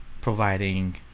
providing